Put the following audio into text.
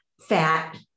fat